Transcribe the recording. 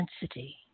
density